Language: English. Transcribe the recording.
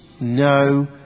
no